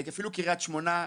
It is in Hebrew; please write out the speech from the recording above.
אפילו קריית שמונה.